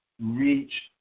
reach